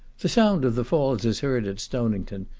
the sound of the falls is heard at stonington,